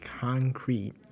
concrete